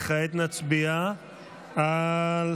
כעת נצביע על,